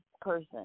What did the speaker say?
person